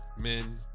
Men